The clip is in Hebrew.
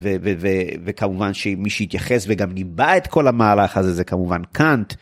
וכמובן שמי שהתייחס וגם ניבא את כל המהלך הזה זה כמובן קאנט.